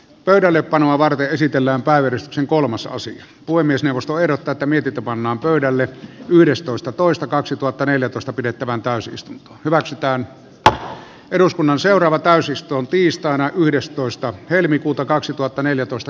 pöydällepanoa varten esitellään päivitysksen kolmosasin puhemiesneuvosto herrat tätä mietitä pannaan pöydälle yhdestoista toista kaksituhattaneljätoista pidettävään täysistunto hyväksytään että eduskunnan seuraava täysistunto ensimmäinen varapuhemies pekka ravi